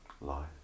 life